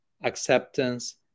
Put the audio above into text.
acceptance